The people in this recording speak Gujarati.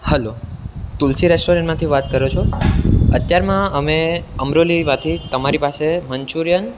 હલો તુલસી રેસ્ટોરન્ટમાંથી વાત કરો છો અત્યારમાં અમે અમરોલીમાંથી તમારી પાસે મંચુરિયન